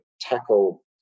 tackle